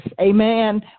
Amen